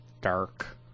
dark